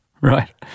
Right